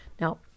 Now